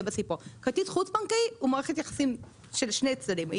כרטיס חוץ בנקאי הוא מערכת יחסים של שני צדדים,